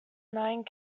nine